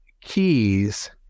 keys